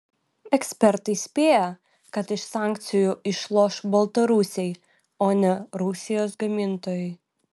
ekspertai spėja kad iš sankcijų išloš baltarusiai o ne rusijos gamintojai